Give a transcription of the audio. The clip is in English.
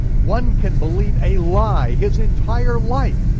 one can believe a lie his entire life,